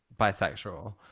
bisexual